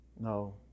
no